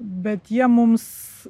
bet jie mums